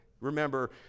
Remember